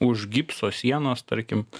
už gipso sienos tarkim